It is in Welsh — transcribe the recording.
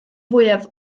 fwyaf